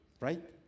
right